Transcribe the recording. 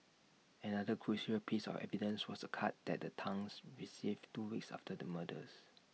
another crucial piece of evidence was A card that the Tans received two weeks after the murders